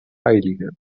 heilige